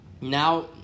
Now